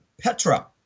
Petra